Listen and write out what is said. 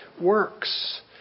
works